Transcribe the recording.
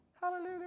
Hallelujah